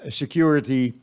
security